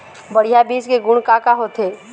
बढ़िया बीज के गुण का का होथे?